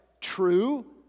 true